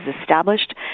established